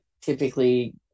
typically